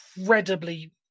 incredibly